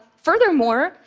furthermore,